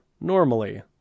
normally